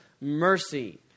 mercy